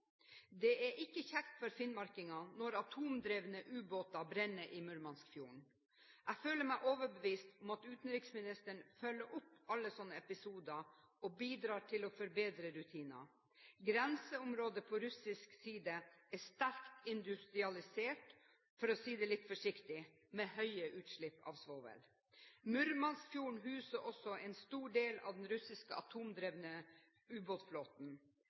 Det er ikke kjekt for finnmarkingene når atomdrevne ubåter brenner i Murmanskfjorden. Jeg føler meg overbevist om at utenriksministeren følger opp alle slik episoder og bidrar til å forbedre rutiner. Grenseområdet på russisk side er sterkt industrialisert – for å si det litt forsiktig – med høye utslipp av svovel. Murmanskfjorden huser også en stor del av den russiske atomdrevne ubåtflåten.